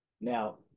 Now